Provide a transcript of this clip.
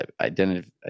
identity